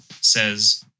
says